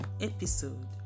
episode